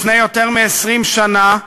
לפני יותר מ-20 שנה,